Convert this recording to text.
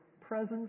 presence